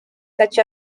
such